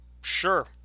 sure